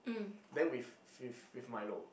then with with with milo